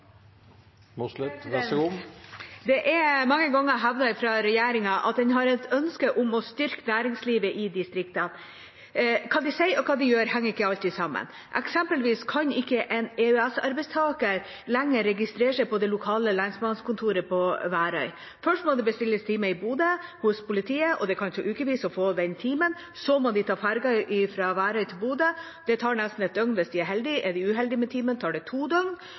Det er mange ganger hevdet fra regjeringa at en har et ønske om å styrke næringslivet i distriktene. Hva de sier, og hva de gjør, henger ikke alltid sammen. Eksempelvis kan ikke en EØS-arbeidstaker lenger registrere seg på det lokale lensmannskontoret på Værøy. Først må det bestilles time hos politiet i Bodø, og det kan ta ukevis å få den timen. Så må de ta ferga fra Værøy til Bodø, det tar nesten et døgn hvis de er heldige. Er de uheldige med timen, tar det to døgn.